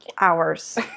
Hours